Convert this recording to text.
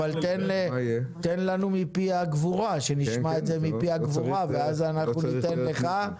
תן לנו שנשמע את זה מפי הגבורה, ואז ניתן לך.